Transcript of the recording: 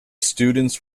students